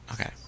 okay